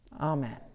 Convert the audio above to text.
Amen